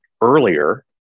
earlier